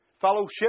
Fellowship